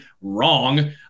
wrong